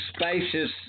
spacious